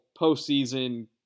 postseason